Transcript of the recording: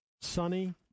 sunny